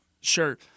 Sure